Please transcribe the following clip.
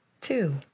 Two